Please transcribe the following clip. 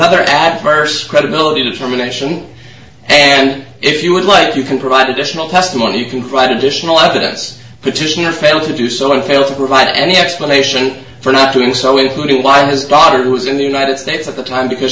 another adverse credibility determination and if you would like you can provide additional testimony you can provide additional evidence petitioner fail to do so i fail to provide any explanation for not doing so including why his daughter was in the united states at the time because